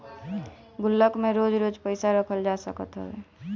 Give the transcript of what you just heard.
गुल्लक में रोज रोज पईसा रखल जा सकत हवे